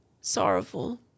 sorrowful